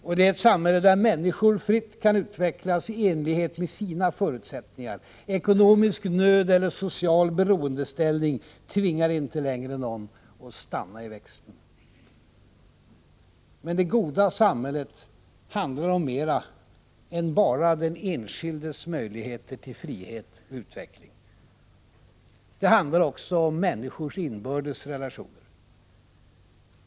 Det är ett samhälle där människor fritt kan utvecklas i enlighet med sina förutsättningar; ekonomisk nöd eller social beroendeställning tvingar inte längre någon att stanna i växten. Men det goda samhället handlar inte bara om den enskildes möjligheter till frihet och utveckling. Det handlar också om människors inbördes relationer.